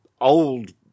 old